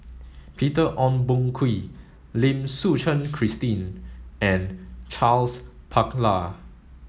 Peter Ong Boon Kwee Lim Suchen Christine and Charles Paglar